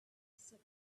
said